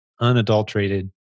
unadulterated